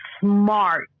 smart